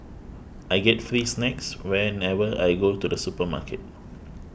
I get free snacks whenever I go to the supermarket